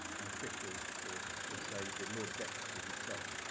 an official or i should say the lord deputy himself,